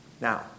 Now